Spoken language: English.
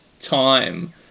time